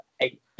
eight